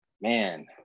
man